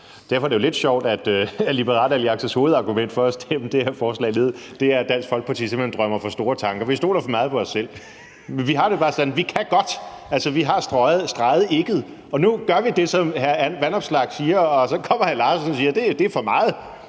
Derfor er det jo lidt sjovt, at Liberal Alliances hovedargument for at stemme det her forslag ned er, at Dansk Folkeparti simpelt hen drømmer for store tanker. Vi stoler for meget på os selv. Vi har det bare sådan: Vi kan godt. Vi har streget »ikke«, og nu gør vi det, som hr. Alex Vanopslagh siger, og så kommer hr. Steffen Larsen og siger, at det er for meget.